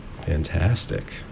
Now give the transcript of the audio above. Fantastic